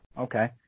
Okay